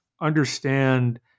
understand